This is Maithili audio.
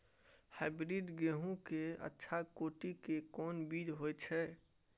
हाइब्रिड गेहूं के अच्छा कोटि के कोन बीज होय छै?